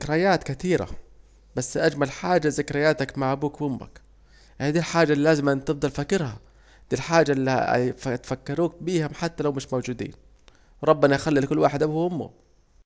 الزكريات كتيرة بس اجمل حاجة زكرياتك مع ابوك وامك اهي دي الحاجة الي لازم هتفضل دايما فاكرها دي الحاجة الي هيفكروك بيهم حتى لو مش موجودين وربنا يخلي لكل واحد ابوه وامه